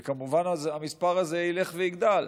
וכמובן, המספר הזה ילך ויגדל,